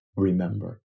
remember